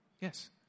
Yes